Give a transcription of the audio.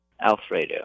Alfredo